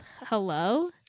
Hello